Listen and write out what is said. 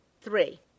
Three